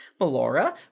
Melora